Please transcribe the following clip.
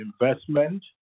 investment